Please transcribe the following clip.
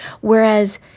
whereas